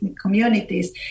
Communities